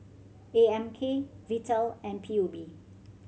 A M K Vital and P U B